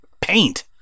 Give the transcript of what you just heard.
paint